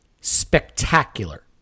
spectacular